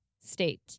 state